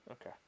Okay